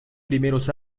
primeros